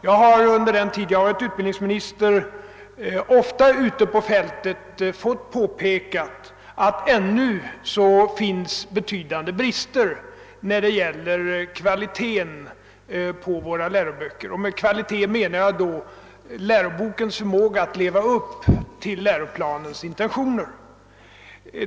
Jag har under den tid jag varit utbildningsminister ofta ute på fältet fått påpekanden om att det ännu finns betydande brister i våra läroböckers kvalitet. Med kvalitet menar jag därvid läroböckernas följsamhet till läroplanens intentioner.